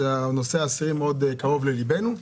נושא האסירים מאוד קרוב לליבנו.